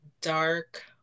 dark